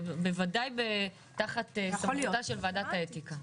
זה בוודאי תחת סמכותה של ועדת האתיקה.